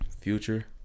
future